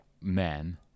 men